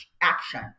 action